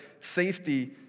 safety